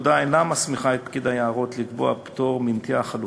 הפקודה אינה מסמיכה את פקיד היערות לקבוע פטור מנטיעה חלופית,